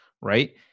right